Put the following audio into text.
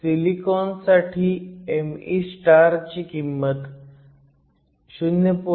सिलिकॉनसाठी me ची किंमत 0